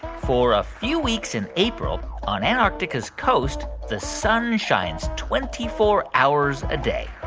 for a few weeks in april, on antarctica's coast, the sun shines twenty four hours a day?